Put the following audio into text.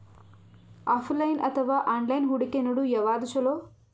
Offline ಅಥವಾ online ಹೂಡಿಕೆ ನಡು ಯವಾದ ಛೊಲೊ?